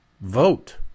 Vote